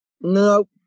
No